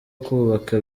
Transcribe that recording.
kubaka